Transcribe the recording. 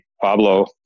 Pablo